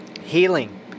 Healing